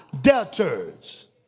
debtors